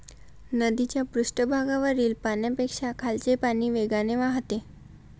नदीच्या पृष्ठभागावरील पाण्यापेक्षा खालचे पाणी वेगाने वाहते